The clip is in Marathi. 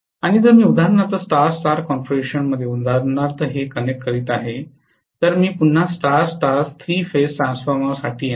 आणि जर मी उदाहरणार्थ स्टार स्टार कॉन्फिगरेशनमध्ये हे कनेक्ट करीत आहे तर मी पुन्हा स्टार स्टार थ्री फेज ट्रान्सफॉर्मरसाठी येणार आहे